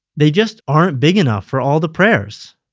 they just aren't big enough for all the prayers.